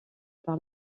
par